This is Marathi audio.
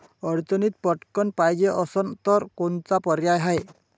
अडचणीत पटकण पायजे असन तर कोनचा पर्याय हाय?